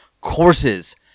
courses